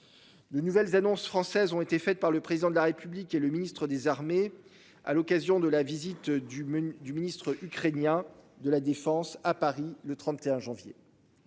De nouvelles annonces françaises ont été faites par le président de la République et le ministre des armées. À l'occasion de la visite du menu du ministre ukrainien de la Défense à Paris, le 31 janvier.